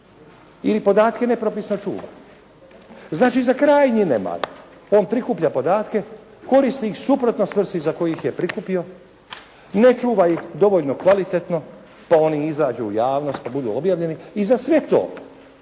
ili podatke nepropisno čuva. Znači, za krajnji nemar on prikuplja podatke, koristi ih suprotno svrsi za koje ih je prikupio, ne čuva ih dovoljno kvalitetno da oni izađu u javnost kad budu objavljeni i za sve to,